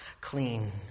clean